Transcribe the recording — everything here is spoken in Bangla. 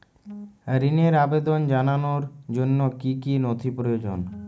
ঋনের আবেদন জানানোর জন্য কী কী নথি প্রয়োজন?